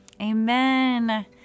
Amen